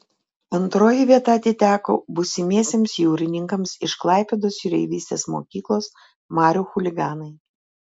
antroji vieta atiteko būsimiesiems jūrininkams iš klaipėdos jūreivystės mokyklos marių chuliganai